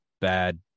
bad